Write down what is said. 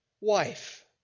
wife